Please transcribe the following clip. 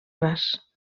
ras